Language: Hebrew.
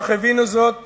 וכך הבינו זאת